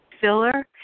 filler